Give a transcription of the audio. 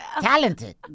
Talented